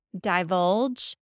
divulge